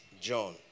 John